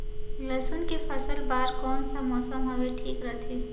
लसुन के फसल बार कोन सा मौसम हवे ठीक रथे?